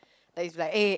that is like eh